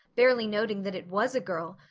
barely noting that it was a girl,